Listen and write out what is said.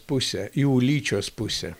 pusę į ulyčios pusę